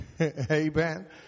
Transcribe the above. Amen